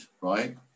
right